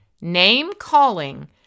name-calling